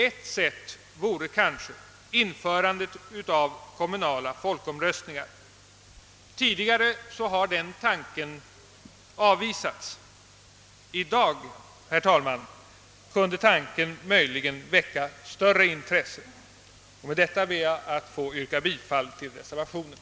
Ett sätt vore kanske införandet av kommunala folkomröstningar: Åtgärder i syfte att fördjupa och stärka det svenska folkstyret Tidigare har den tanken avvisats, men i dag, herr talman, kunde tanken möjligen väcka större intresse. Med detta ber jag att få yrka bifall till reservationen.